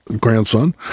grandson